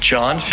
John